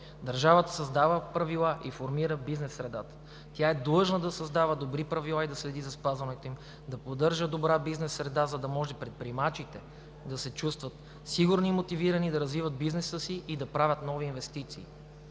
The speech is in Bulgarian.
„Държавата създава правила и формира бизнес средата. Тя е длъжна да създава добри правила и да следи за спазването им, да поддържа добра бизнес среда, за да може предприемачите да се чувстват сигурни и мотивирани да развиват бизнеса си и да правят нови инвестиции.